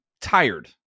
tired